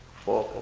for